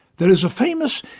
there is a famous,